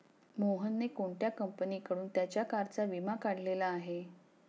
मोहनने कोणत्या कंपनीकडून त्याच्या कारचा विमा काढलेला आहे?